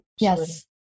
yes